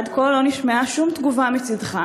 עד כה לא נשמעה שום תגובה מצדך.